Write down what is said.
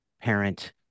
parent